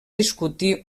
discutir